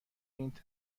این